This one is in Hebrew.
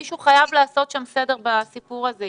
מישהו חייב לעשות סדר בסיפור הזה.